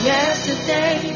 Yesterday